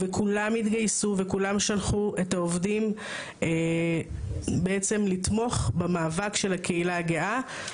וכולם התגייסו וכולם שלחו את העובדים בעצם לתמוך במאבק של הקהילה הגאה.